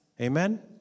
Amen